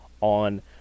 on